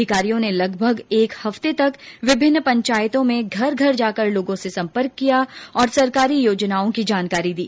अधिकारियो ने लगभग एक हफ्ते तक विभिन्न पंचायतों में घर घर जाकर लोगों से संपर्क किया और सरकारी योजनाओं की जानकारी दी